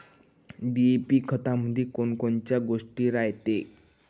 DAP खतामंदी कोनकोनच्या गोष्टी रायते?